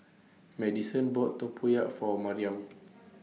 Maddison bought Tempoyak For Mariam